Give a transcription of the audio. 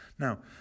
Now